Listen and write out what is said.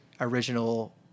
original